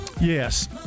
Yes